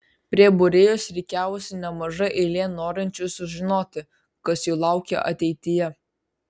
prie būrėjos rikiavosi nemaža eilė norinčių sužinoti kas jų laukia ateityje